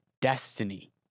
destiny